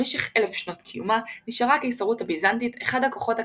במשך אלף שנות קיומה נשארה הקיסרות הביזנטית אחד הכוחות הכלכליים,